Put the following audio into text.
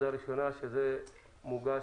זה מוגש